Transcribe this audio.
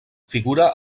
figura